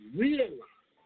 realize